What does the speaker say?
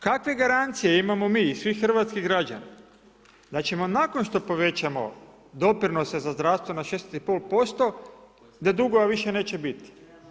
Kakve garancije imamo mi i svi hrvatski građani da ćemo nakon što povećamo doprinose za zdravstvo na 6,5% da dugova više neće biti.